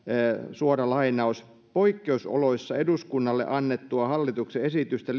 poikkeusoloissa eduskunnalle annettua hallituksen esitystä